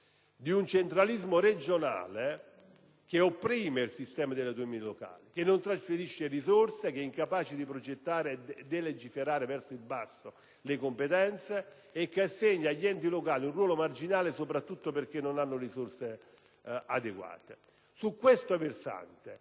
del centralismo regionale che opprime il sistema delle autonomie locali, che non trasferisce risorse, che è incapace di progettare, di delegare verso il basso le competenze e che assegna agli enti locali un ruolo marginale, soprattutto perché non dispongono di risorse adeguate. A tal proposito,